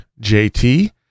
JT